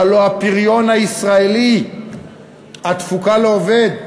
שהלוא הפריון הישראלי, התפוקה לעובד,